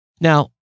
Now